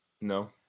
No